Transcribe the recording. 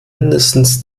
mindestens